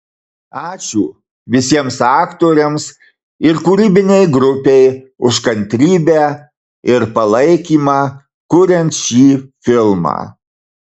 ačiū visiems aktoriams ir kūrybinei grupei už kantrybę ir palaikymą kuriant šį filmą